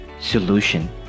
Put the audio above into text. solution